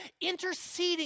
interceding